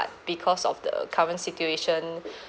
because of the current situation